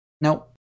Nope